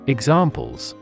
Examples